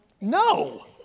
No